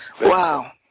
Wow